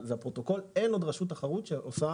אין עוד רשות תחרות שעושה